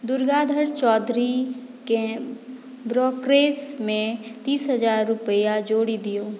दुर्गाधर चौधरी केँ ब्रोक्रेजमे तीस हजार रूपैआ जोड़ि दियौ